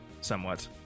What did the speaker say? somewhat